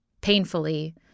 painfully